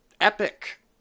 Epic